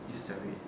is the red